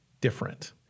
different